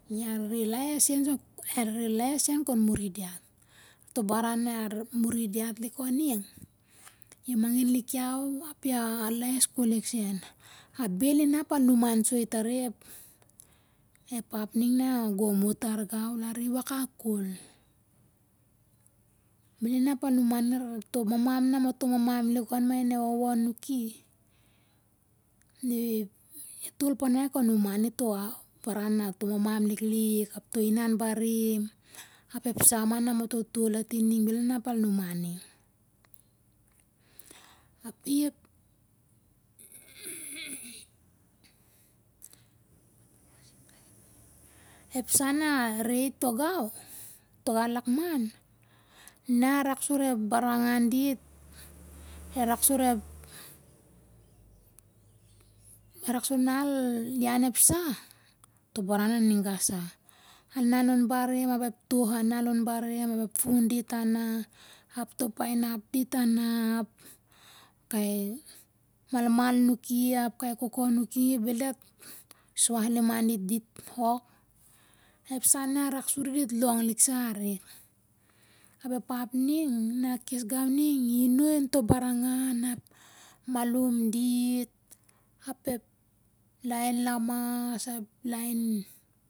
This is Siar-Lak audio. A rere laes sen kon muri diat. To' baran na muri lik diat ning, i mangin lik iau ap a laes ko'l lik sen, ap bel inap al numan soi tar i ep ep ap ning na gom o't tar gau, i wakak ko'l. Bel inap al numan i lar to' mamam na mato mamam lik on ma in e wowo anuki, i to'l panai kon numan i. Inau barim, ep sa ma na mato to'l ati hel inap al auman i- api-ep sa na re i tong gau, tongau an lakman, na rak sur epbaranangan dit, a rak sur ep, a rak sur na al ian ep sah, to'baran an ning gas sa. Al inan lon barim ap ep toh anung, alan lon barim ap ep fu'n dit ana, ap tu painap dit ana. Kai malmal nuki ap kui koko anuki bel diat suah liman lik dit ok. Ep sah na rak suri ap dit long lik sa arik. Ap ep ap ning ma kes an, tingau ning i inoi on to' barangangan ep malum dit, ap ep lain lamas,